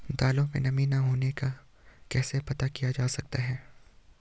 दालों में नमी न होने का कैसे पता किया जा सकता है?